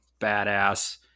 badass